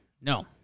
No